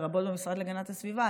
לרבות במשרד להגנת הסביבה,